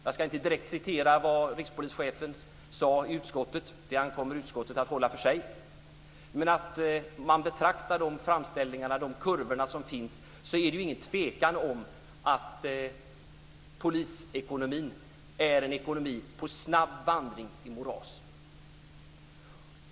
Jag ska inte direkt citera vad rikspolischefen sade i utskottet - det ankommer på utskottet att hålla det för sig - men när man betraktar de kurvor som finns är det inget tvivel om att polisekonomin är på snabb vandring ned i ett moras.